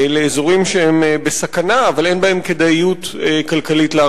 לאזורים שהם בסכנה אבל אין בהם להרחבה כדאיות כלכלית.